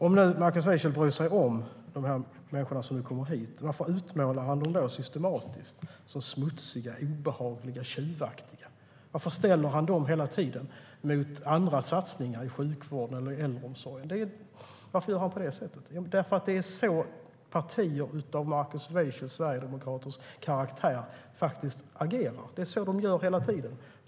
Om nu Markus Wiechel bryr sig om de människor som kommer hit - varför utmålar han dem då systematiskt som smutsiga, obehagliga och tjuvaktiga? Varför ställer han dem hela tiden mot andra satsningar i sjukvården eller äldreomsorgen? Varför gör han på det sättet? Jo, därför att det är så partier av Markus Wiechels sverigedemokraters karaktär agerar. Det är så de gör hela tiden.